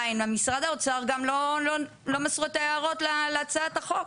משרד האוצר עדיין לא מסרו את ההערות להצעת החוק.